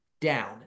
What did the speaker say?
down